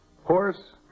Horse